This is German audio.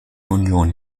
union